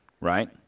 right